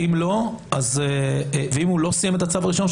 אם הוא לא סיים את הצו הראשון שלו,